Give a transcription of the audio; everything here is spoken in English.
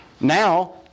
Now